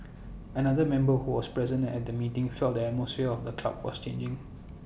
another member who was present at the meeting felt the atmosphere of the club was changing